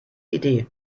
idee